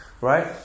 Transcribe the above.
right